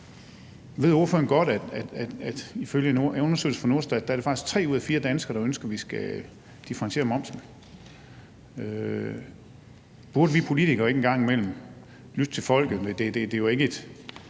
en undersøgelse fra Norstat er det faktisk tre ud af fire danskere, der ønsker, at vi skal differentiere momsen? Burde vi politikere ikke engang imellem lytte til folket?